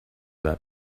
that